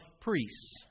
priests